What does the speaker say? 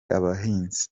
abahinzi